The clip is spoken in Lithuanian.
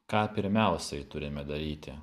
ką pirmiausiai turime daryti